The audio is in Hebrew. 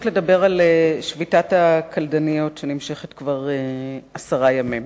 על שביתת הקלדניות, שנמשכת כבר עשרה ימים.